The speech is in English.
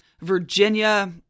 Virginia